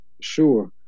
Sure